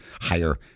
higher